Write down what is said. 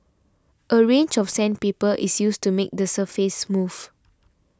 a range of sandpaper is used to make the surface smooth